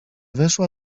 weszła